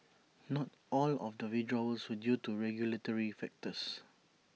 not all of the withdrawals were due to regulatory factors